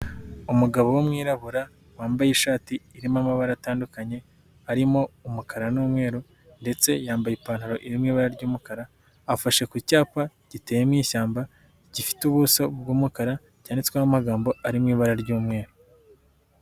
Umugabo w'umwirabura wambaye ishati irimo amabara atandukanye, arimo umukara n'umweru ndetse yambaye ipantaro iririmo ibara ry'umukara, afashe ku cyapa giteye mu ishyamba, gifite ubuso bw'umukara, cyanyanditsweho amagambo ari mu ibara ry'umweru.